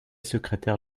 secrétaire